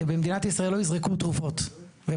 אם לא יזרקו תרופות במדינת ישראל,